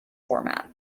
format